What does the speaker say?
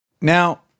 Now